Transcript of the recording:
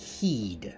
heed